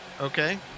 Okay